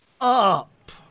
up